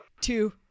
Two